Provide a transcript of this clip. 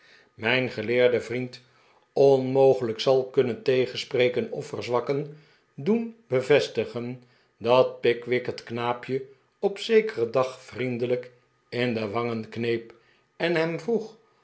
mijn geleerde vriend onmogelijk zal kunnen tegenspreken of verzwakken doen bevestigen dat pickwick het knaapje op zekeren dag vriendelijk in de wangen kneep en hem vroeg